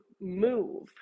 move